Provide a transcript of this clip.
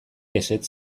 ezetz